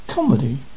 Comedy